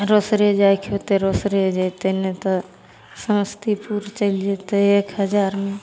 रोसड़े जाइके होतै रोसड़े जएतै नहि तऽ समस्तीपुर चलि जएतै एक हजारमे